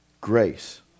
grace